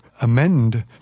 amend